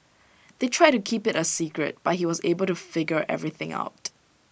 they tried to keep IT A secret but he was able to figure everything out